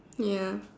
ya